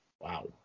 Wow